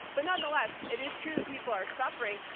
but nonetheless, it is true that people are suffering.